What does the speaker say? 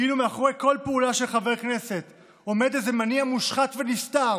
כאילו מאחורי כל פעולה של חבר כנסת עומד איזה מניע מושחת ונסתר,